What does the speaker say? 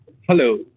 Hello